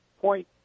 point